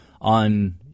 on